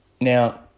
Now